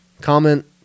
comment